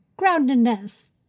groundedness